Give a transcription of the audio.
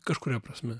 kažkuria prasme